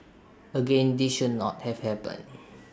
again this should not have happened